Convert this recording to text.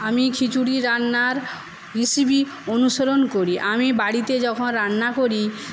আমি খিচুড়ি রান্নার রেসিপি অনুসরণ করি আমি বাড়িতে যখন রান্না করি